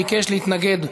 ביקש להתנגד,